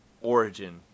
origin